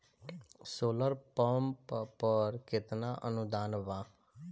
Solar pump पर केतना अनुदान बा?